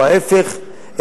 או ההיפך,